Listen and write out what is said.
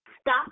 Stop